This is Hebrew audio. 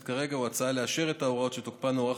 כרגע הוא הצעה לאשר את ההוראות שתוקפן הוארך,